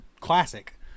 classic